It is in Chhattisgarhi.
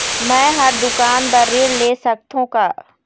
मैं हर दुकान बर ऋण ले सकथों का?